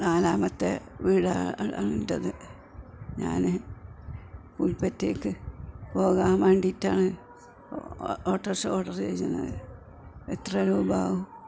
നാലാമത്തെ വീടാണ് എന്റേത് ഞാൻ പുൽപ്പറ്റയിലേക്ക് പോകാൻ വേണ്ടിയിട്ടാണ് ഓട്ടോഷ ഓഡ്റ് ചെയ്യുന്നത് എത്ര രൂപയാകും